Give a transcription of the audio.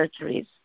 surgeries